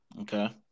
Okay